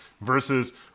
versus